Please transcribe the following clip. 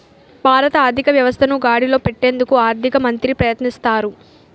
భారత ఆర్థిక వ్యవస్థను గాడిలో పెట్టేందుకు ఆర్థిక మంత్రి ప్రయత్నిస్తారు